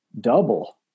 double